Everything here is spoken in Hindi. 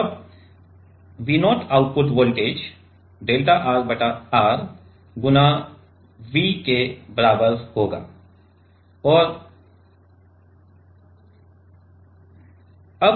तब V0 output voltage delta R बटा R गुणा V के बराबर है